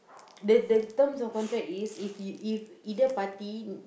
the the terms of contract is if he if either party